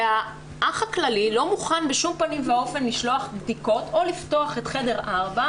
והאח הכללי לא מוכן בשום פנים ואופן לשלוח בדיקות או לפתוח את חדר 4,